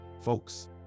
folks